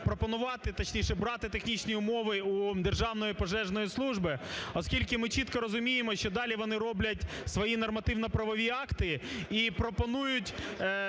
точніше брати технічні умови у Державної пожежної служби, оскільки ми чітко розуміємо, що далі вони роблять свої нормативно-правові акти і пропонують,